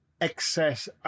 excess